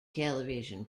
television